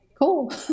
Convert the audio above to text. Cool